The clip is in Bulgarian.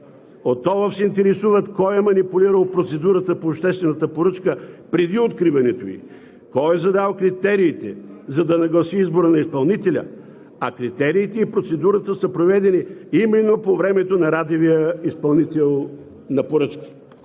От ОЛАФ се интересуват кой е манипулирал процедурата по обществената прочъка преди откриването ѝ? Кой е задал критериите, за да нагласи избора на изпълнителя, а критериите и процедурата са проведени именно по времето на Радевия изпълнител на поръчки?